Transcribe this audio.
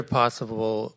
possible